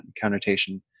connotation